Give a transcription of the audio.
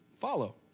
follow